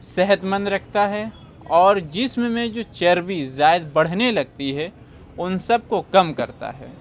صحت مند رکھتا ہے اور جسم میں جو چربی زائد بڑھنے لگتی ہے اُن سب کو کم کرتا ہے